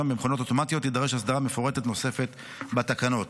במכונות אוטומטיות תידרש הסדרה מפורטת נוספת בתקנות.